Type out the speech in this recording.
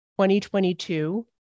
2022